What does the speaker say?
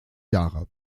jahre